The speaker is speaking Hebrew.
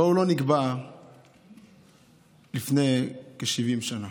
אבל הוא לא נקבע לפני כ-70 שנה.